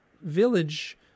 village